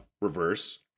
reverse